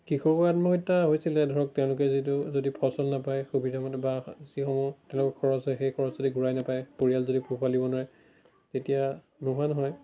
কৃষকৰ আত্মহত্যা হৈছিলে ধৰক তেওঁলোকে যিটো যদি ফচল নাপায় সুবিধামতে বা যিসমূহ তেওঁলোকৰ খৰচ হয় সেই খৰচ যদি ঘূৰাই নাপায় পৰিয়াল যদি পোহপাল দিব নোৱাৰে তেতিয়া নোহোৱা নহয়